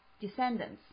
descendants